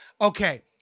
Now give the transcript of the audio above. okay